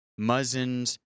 Muzzin's